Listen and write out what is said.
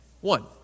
One